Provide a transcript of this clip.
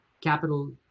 capital